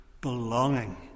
belonging